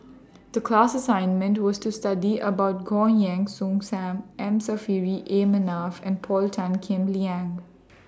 The class assignment was to study about Goh Heng Soon SAM M Saffri A Manaf and Paul Tan Kim Liang